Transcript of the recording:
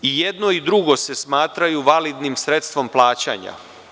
I jedno i drugo se smatraju validnim sredstvom plaćanja.